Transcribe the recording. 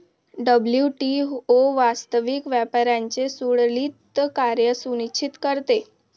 WTO वास्तविक व्यापाराचे सुरळीत कार्य सुनिश्चित करते